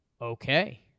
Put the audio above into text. okay